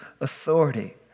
authority